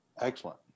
Excellent